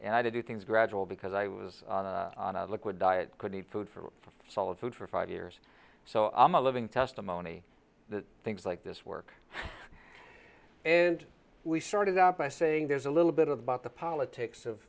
and i did do things gradual because i was liquid diet could eat food from solid food for five years so i'm a living testimony that things like this work and we started out by saying there's a little bit about the politics of